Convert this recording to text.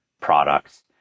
products